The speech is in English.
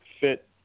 fit